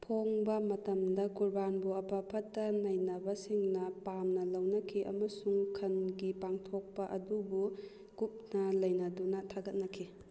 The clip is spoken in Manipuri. ꯐꯣꯡꯕ ꯃꯇꯝꯗ ꯀꯨꯔꯕꯥꯟꯕꯨ ꯑꯐ ꯐꯠꯇ ꯅꯩꯅꯕꯁꯤꯡꯅ ꯄꯥꯝꯅ ꯂꯧꯅꯈꯤ ꯑꯃꯁꯨꯡ ꯈꯟꯒꯤ ꯄꯥꯡꯊꯣꯛꯄ ꯑꯗꯨꯕꯨ ꯀꯨꯞꯅ ꯅꯩꯅꯗꯨꯅ ꯊꯥꯒꯠꯅꯈꯤ